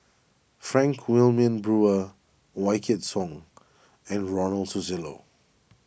Frank Wilmin Brewer Wykidd Song and Ronald Susilo